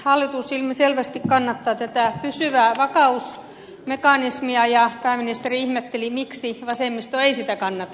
hallitus ilmiselvästi kannattaa tätä pysyvää vakausmekanismia ja pääministeri ihmetteli miksi vasemmisto ei sitä kannata